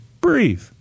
breathe